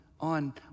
on